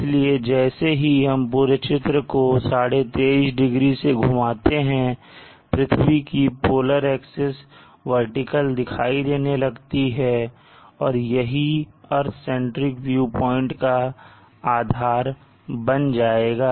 इसलिए जैसे ही हम पूरे चित्र को 2312degree से घुमाते हैं पृथ्वी की पोलर एक्सिस वर्टिकल दिखाई देने लगती है और यही अर्थ सेंट्रिक व्यू प्वाइंट का आधार बन जाएगा